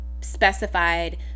specified